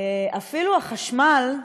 אפילו החשמל,